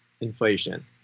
inflation